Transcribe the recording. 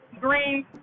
Green